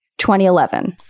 2011